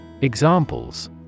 Examples